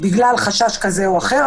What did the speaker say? בגלל חשש כזה או אחר,